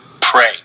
pray